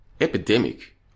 epidemic